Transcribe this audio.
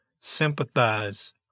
sympathize